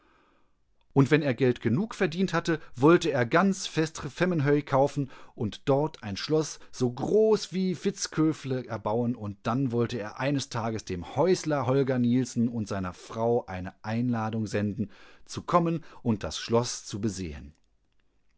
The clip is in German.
hierherzurückkehrenunddengroßenschatzheben undwenn er geld genug verdient hatte wollte er ganz vestre vemmenhöy kaufen und dort ein schloß so groß wie vittskövle erbauen und dann wollte er eines tagesdemhäuslerholgernielsenundseinerfraueineeinladungsenden zu kommen und das schloß zu besehen